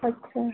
अच्छा